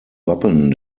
wappen